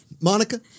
Monica